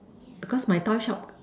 because my toy shop